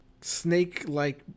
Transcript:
snake-like